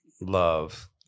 love